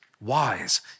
Wise